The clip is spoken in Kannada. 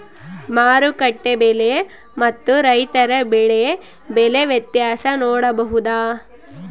ಮಾರುಕಟ್ಟೆ ಬೆಲೆ ಮತ್ತು ರೈತರ ಬೆಳೆ ಬೆಲೆ ವ್ಯತ್ಯಾಸ ನೋಡಬಹುದಾ?